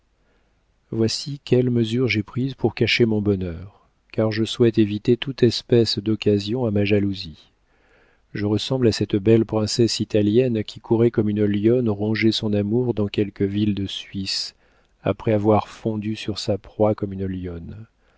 voici quelles mesures j'ai prises pour cacher mon bonheur car je souhaite éviter toute espèce d'occasion à ma jalousie je ressemble à cette belle princesse italienne qui courait comme une lionne ronger son amour dans quelque ville de suisse après avoir fondu sur sa proie comme une lionne